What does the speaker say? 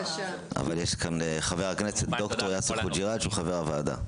אבל יש כאן גם את חבר הכנסת ד"ר יאסר חוג'יראת שהוא חבר הוועדה.